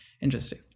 Interesting